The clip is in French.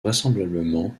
vraisemblablement